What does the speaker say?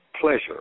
pleasure